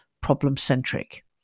problem-centric